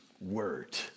word